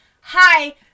Hi